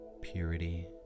purity